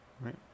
Right